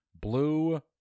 Blue